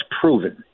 proven